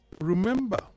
Remember